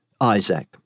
Isaac